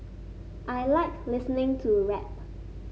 I like listening to rap